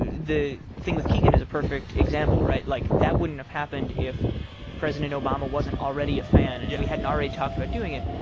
the thing with keegan is a perfect example, right? like, that wouldn't have happened if president obama wasn't already a fan and we hadn't already talked about doing it.